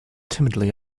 timidly